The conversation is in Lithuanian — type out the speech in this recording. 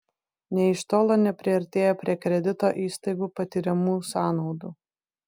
nė iš tolo nepriartėja prie kredito įstaigų patiriamų sąnaudų